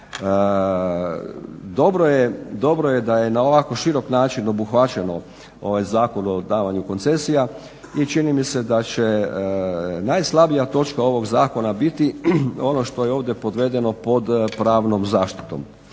Dobro je da je na ovako širok način obuhvaćen ovaj Zakon o davanju koncesija i čini mi se da će najslabija točka ovog zakona biti ono što je ovdje podvedeno pod pravnom zaštitom.